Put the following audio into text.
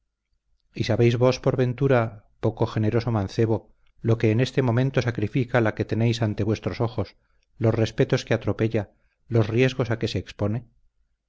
sabéis vos por ventura poco generoso mancebo lo que en este momento sacrifica la que tenéis ante vuestros ojos los respetos que atropella los riesgos a que se expone